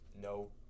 No